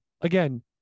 Again